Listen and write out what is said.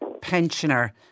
pensioner